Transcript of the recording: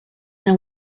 know